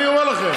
אני אומר לכם,